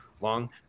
long